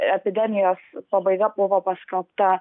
epidemijos pabaiga buvo paskelbta